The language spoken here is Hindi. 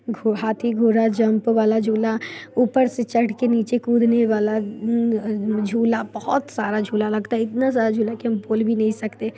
घो हाथी घोड़ा जंप वाला झूला ऊपर से चढ़के नीचे कूदने वाला झूला बहुत सारा झूला लगता है इतना सारा झूला कि हम बोल भी नहीं सकते